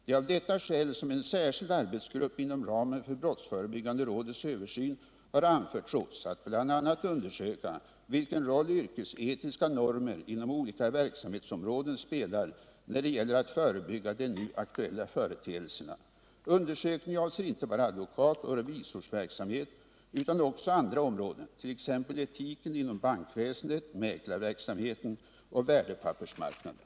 Det är av detta skäl som en särskild arbetsgrupp inom ramen för brottsförebyggande rådets översyn har anförtrotts att bl.a. undersöka vilken roll yrkesetiska normer inom olika verksamhetsområden spelar när det gäller att förebygga de nu aktuella företeelserna. Undersökningen avser inte bara advokatoch revisorsverksamhet utan också andra områden, t.ex. etiken inom bankväsendet, mäklarverksamheten och värdepappersmarknaden.